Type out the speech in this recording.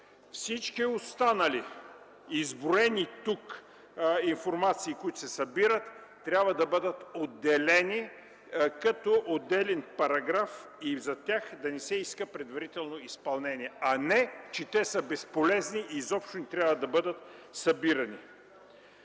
Всички останали изброени тук информации трябва да бъдат отделени като отделен параграф и за тях да не се иска предварително изпълнение, не че те са безполезни и изобщо не трябва да бъдат събирани.